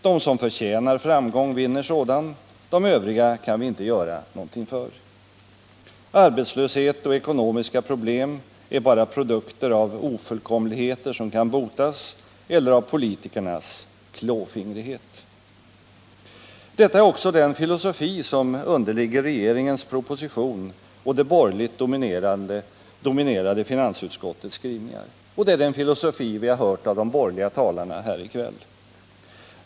De som förtjänar framgång vinner sådan, de övriga kan vi inte göra någonting för. Arbetslöshet och ekonomiska problem är bara produkter av ofullkomligheter som kan botas eller av politikernas klåfingrighet. Detta är också den filosofi som ligger till grund för regeringens proposition och det borgerligt dominerade finansutskottets skrivningar, och det är den filosofi vi har hört de borgerliga talarna förespråka här i kväll.